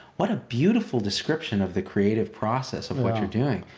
what a beautiful description of the creative process of what you're doing.